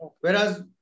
Whereas